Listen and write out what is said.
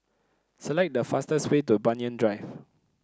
select the fastest way to Banyan Drive